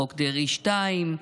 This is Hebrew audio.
חוק דרעי 2,